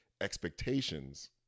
expectations